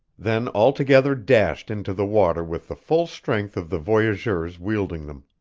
then all together dashed into the water with the full strength of the voyageurs wielding them.